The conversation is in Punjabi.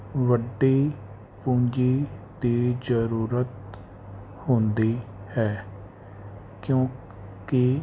ਵੱਡੀ ਪੂੰਜੀ ਦੀ ਜ਼ਰੂਰਤ ਹੁੰਦੀ ਹੈ ਕਿਉਂਕੀ